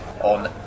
on